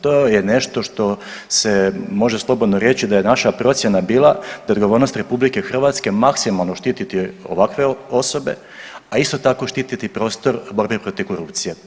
To je nešto što se može slobodno reći da je naša procjena bila da je odgovornost RH maksimalno štititi ovakve osobe, a isto tako štititi prostor borbe protiv korupcije.